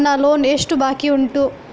ನನ್ನ ಲೋನ್ ಎಷ್ಟು ಬಾಕಿ ಉಂಟು?